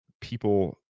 people